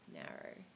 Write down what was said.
narrow